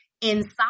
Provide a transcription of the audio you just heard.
inside